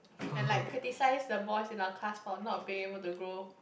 and like criticise the boys in our class for not being able to grow